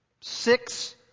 Six